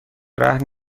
رهن